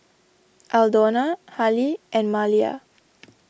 Aldona Hali and Maliyah